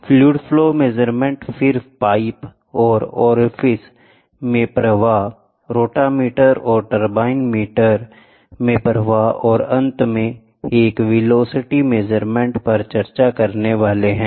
fluid flow measurement फिर pipe और orifice में प्रवाह रॉटमीटर और टरबाइन मीटर में प्रवाह और अंत में एक वेलोसिटी मेजरमेंट पर चर्चा करने वाले हैं